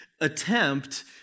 attempt